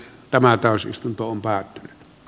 tämä täysistuntoon päät